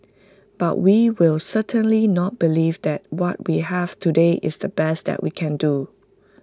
but we will certainly not believe that what we have today is the best that we can do